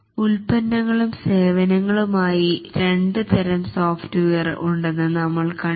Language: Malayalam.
ഉല്പന്നങ്ങളും സേവനങ്ങളും ആയി രണ്ടു തരം സോഫ്റ്റ്വെയറുകൾ ഉണ്ടെന്ന് നമ്മൾ കണ്ടു